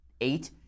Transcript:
eight